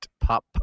pop